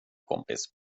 kompis